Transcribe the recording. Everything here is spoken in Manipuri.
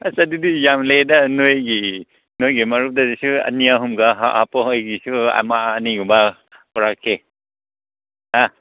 ꯑꯁ ꯑꯗꯨꯗꯤ ꯌꯥꯝ ꯂꯩꯌꯦꯗ ꯅꯣꯏꯒꯤ ꯅꯣꯏꯒꯤ ꯃꯔꯨꯞꯇꯁꯨ ꯑꯅꯤ ꯑꯍꯨꯝꯒ ꯍꯥꯞꯄꯣ ꯑꯩꯒꯤꯁꯨ ꯑꯃ ꯑꯅꯤꯒꯨꯝꯕ ꯄꯨꯔꯛꯀꯦ ꯑꯥ